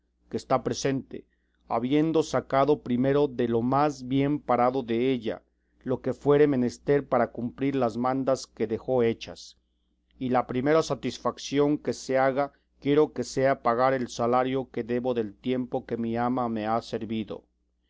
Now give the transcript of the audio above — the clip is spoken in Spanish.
que está presente habiendo sacado primero de lo más bien parado della lo que fuere menester para cumplir las mandas que dejo hechas y la primera satisfación que se haga quiero que sea pagar el salario que debo del tiempo que mi ama me ha servido